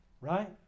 Right